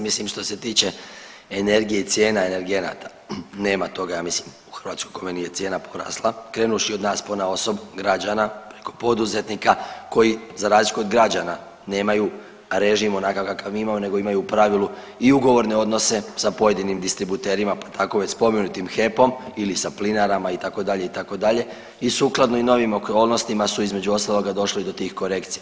Mislim što se tiče energije i cijena energenata, nema toga ja mislim u Hrvatskoj kome nije cijena porasla, krenuvši od nas ponaosob građana preko poduzetnika koji za razliku od građana nemaju režim onakav kakav mi imamo nego imaju u pravilu i ugovorne odnose sa pojedinim distributerima, pa tako već spomenutim HEP-om ili sa plinarama itd., itd. i sukladno novim okolnostima su između ostaloga došli do tih korekcija.